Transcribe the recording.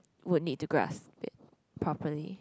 would need to grasp it properly